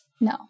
No